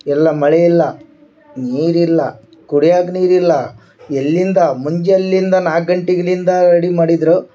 ಎಲ್ಲ ಮಳೆಯಿಲ್ಲ ನೀರಿಲ್ಲ ಕುಡಿಯಾಕ ನೀರಿಲ್ಲ ಎಲ್ಲಿಂದ ಮುಂಜಾಲಿಂದ ನಾಲ್ಕು ಗಂಟಿನಿಂದ ಅಡಿ ಮಾಡಿದ್ದರು